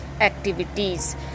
activities